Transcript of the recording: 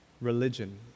religion